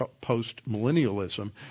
post-millennialism